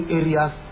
areas